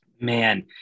Man